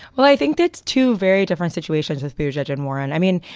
well, i think that's two very different situations with the judge and warren. i mean,